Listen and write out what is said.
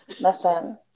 listen